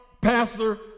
Pastor